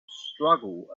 struggle